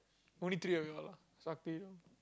only three of you all ah sakti